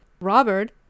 Robert